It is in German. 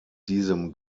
diesem